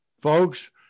folks